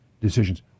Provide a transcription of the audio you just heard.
decisions